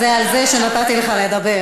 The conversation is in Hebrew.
זה על זה שנתתי לך לדבר.